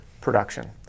production